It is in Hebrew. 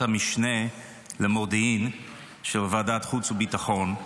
המשנה למודיעין של ועדת החוץ והביטחון.